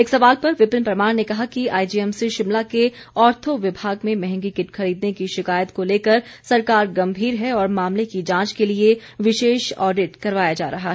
एक सवाल पर विपिन परमार ने कहा कि आईजीएमसी शिमला के ऑर्थो विभाग में महंगी किट खरीदने की शिकायत को लेकर सरकार गम्भीर है और मामले की जांच के लिए विशेष ऑडिट करवाया जा रहा है